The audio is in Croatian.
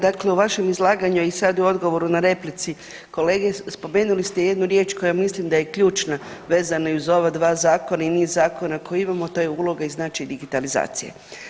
Dakle, u vašem izlaganju, a i sada u odgovoru na replici kolegi spomenuli ste jednu riječ koju ja mislim da je ključna vezano i uz ova dva zakona i niz zakona koja imamo, a to je uloga i značaj digitalizacije.